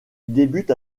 débute